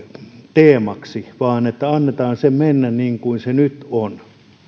teemaksi vaan annetaan sen mennä niin kuin se nyt on